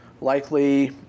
likely